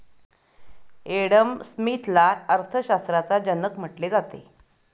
Adam स्मिथला अर्थशास्त्राचा जनक म्हटले जाते